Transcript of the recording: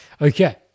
Okay